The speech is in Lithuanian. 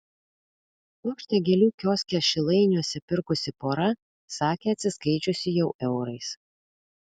puokštę gėlių kioske šilainiuose pirkusi pora sakė atsiskaičiusi jau eurais